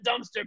dumpster